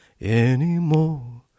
anymore